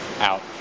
out